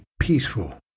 peaceful